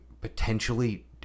potentially